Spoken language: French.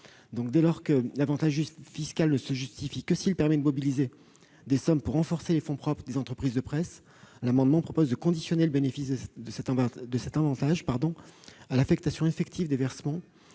Dès lors que l'avantage fiscal ne se justifie que s'il permet de mobiliser effectivement des sommes pour renforcer les fonds propres des entreprises de presse, le présent amendement vise à conditionner le bénéfice de cet avantage fiscal à l'affectation effective des versements